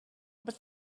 but